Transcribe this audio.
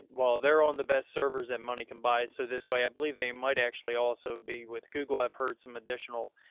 while they're on the best servers at money combined. so this way i believe they might actually also be with google. i've heard some additional,